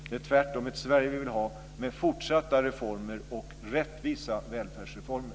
Det är tvärtom ett Sverige med fortsatta reformer - rättvisa välfärdsreformer.